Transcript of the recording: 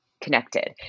connected